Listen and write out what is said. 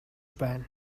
байна